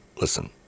listen